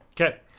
Okay